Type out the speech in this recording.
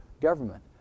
government